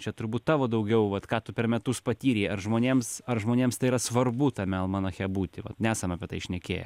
čia turbūt tavo daugiau vat ką tu per metus patyrei ar žmonėms ar žmonėms tai yra svarbu tame almanache būti vat nesam apie tai šnekėję